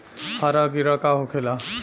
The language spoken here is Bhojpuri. हरा कीड़ा का होखे ला?